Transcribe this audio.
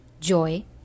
joy